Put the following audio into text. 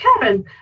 Karen